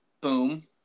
Boom